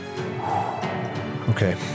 Okay